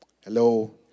Hello